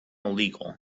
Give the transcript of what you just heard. illegal